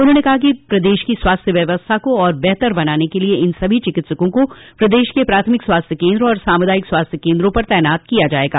उन्होंने कहा कि प्रदेश की स्वास्थ्य व्यवस्था को और बेहतर करने के लिए इन सभी चिकित्सकों को प्रदेश के प्राथमिक स्वास्थ्य केन्द्र और सामुदायिक स्वास्थ्य केन्द्रों पर तैनात किया जायेगा